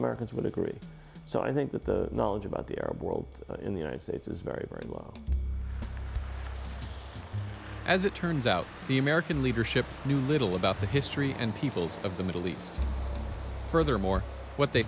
americans would agree so i think that the knowledge about the arab world in the united states is very very well as it turns out the american leadership knew little about the history and peoples of the middle east furthermore what they